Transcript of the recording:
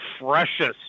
freshest